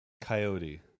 Coyote